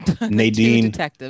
Nadine